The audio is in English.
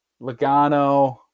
Logano